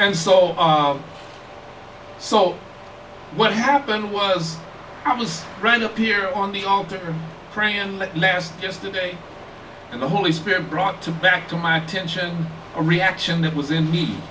and so so what happened was i was right up here on the altar praying and nasty yesterday and the holy spirit brought to back to my attention a reaction that was in